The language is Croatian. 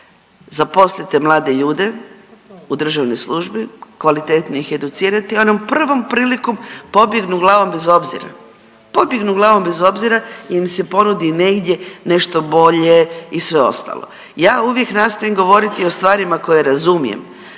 zaposlite mlade ljude u državnoj službi, kvalitetno ih educirati oni prvom prilikom pobjegnu glavom bez obzira, pobjegnu glavom bez obzira jel im se ponudi negdje nešto bolje i sve ostalo. Ja uvijek nastojim govoriti o stvarima koje razumijem,